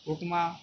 upma